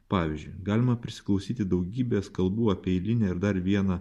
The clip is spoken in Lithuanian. pavyzdžiui galima prisiklausyti daugybės kalbų apie eilinę dar vieną